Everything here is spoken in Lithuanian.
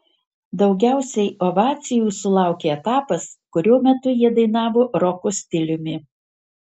daugiausiai ovacijų sulaukė etapas kurio metu jie dainavo roko stiliumi